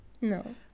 No